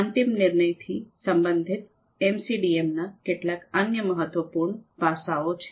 અંતિમ નિર્ણયથી સંબંધિત એમસીડીએમના કેટલાક અન્ય મહત્વપૂર્ણ પાસાઓ છે